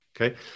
okay